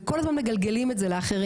וכל הזמן מגלגלים את זה לאחרים,